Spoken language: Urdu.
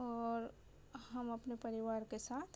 اور ہم اپنے پریوار کے ساتھ